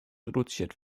reduziert